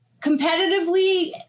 Competitively